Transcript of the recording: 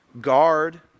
guard